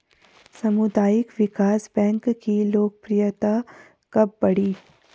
सामुदायिक विकास बैंक की लोकप्रियता कब बढ़ी?